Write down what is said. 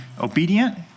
obedient